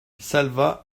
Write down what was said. salvat